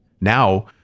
now